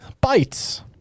bites